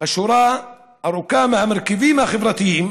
בשורה ארוכה מהמרכיבים החברתיים,